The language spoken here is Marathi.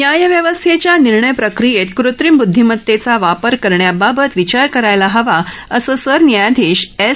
न्याय व्यवस्थेच्या निर्णयप्रक्रियेत कृत्रिम बदधिमतेचा वापर करण्याबाबत विचार करायला हवा असं सरन्यायाधीश एस